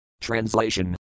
Translation